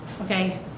okay